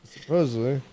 Supposedly